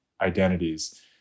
identities